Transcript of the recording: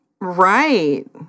Right